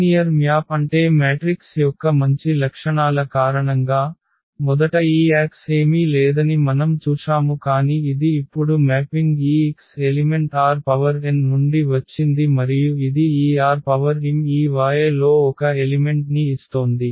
linear map అంటే matrix యొక్క మంచి లక్షణాల కారణంగా మొదట ఈ Ax ఏమీ లేదని మనం చూశాము కాని ఇది ఇప్పుడు మ్యాపింగ్ ఈ x ఎలిమెంట్ Rn నుండి వచ్చింది మరియు ఇది ఈ Rm ఈ y లో ఒక ఎలిమెంట్ ని ఇస్తోంది